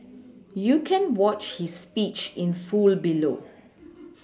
you can watch his speech in full below